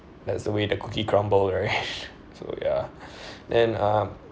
that's the way the cookie crumble right so ya then uh